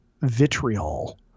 vitriol